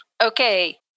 Okay